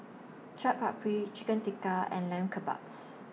Chaat Papri Chicken Tikka and Lamb Kebabs